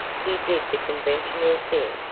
he did the conventional thing,